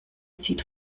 zieht